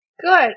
Good